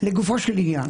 לגופו של עניין.